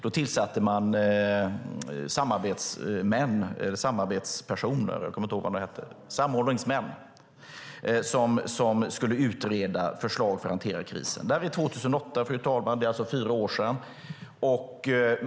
Då tillsatte man samordningsmän som skulle utreda förslag för att hantera krisen. Det här var 2008. Det är alltså fyra år sedan.